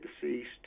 deceased